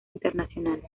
internacionales